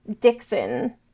Dixon